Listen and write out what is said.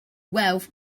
wealth